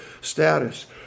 status